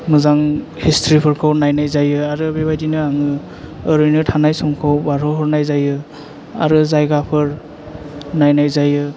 मोजां हिसट्रिफोरखौ नायनाय जायो आरो बेबादिनो आङो ओरैनो थानाय समखौ बारहोहरनाय जायो आरो जायगाफोर नायनाय जायो